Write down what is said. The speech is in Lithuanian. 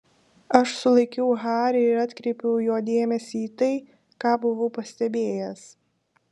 aš sulaikiau harį ir atkreipiau jo dėmesį į tai ką buvau pastebėjęs